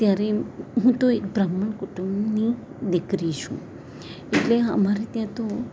ત્યારે હું તો એક બ્રાહ્મણ કુટુંબની દીકરી છું એટલે હા અમારે ત્યાં તો